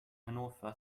hannover